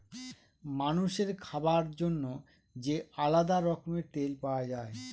মানুষের খাবার জন্য যে আলাদা রকমের তেল পাওয়া যায়